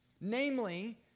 namely